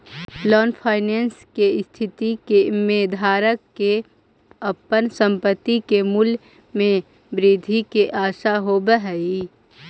long finance के स्थिति में धारक के अपन संपत्ति के मूल्य में वृद्धि के आशा होवऽ हई